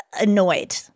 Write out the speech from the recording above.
annoyed